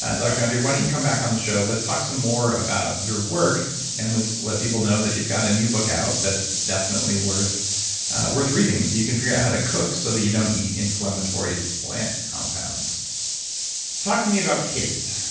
ah dr. gundry, why don't you come back on the show? let's talk some more about your work and let people know that you've got a new book out that's definitely worth a worth reading so you can figure out how to cook so that you don't eat inflammatory plant compounds talk to me about kids.